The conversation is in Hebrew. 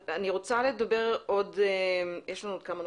יש לנו עוד כמה נושאים.